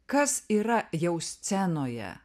kas yra jau scenoje